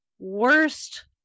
worst